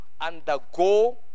undergo